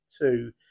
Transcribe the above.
two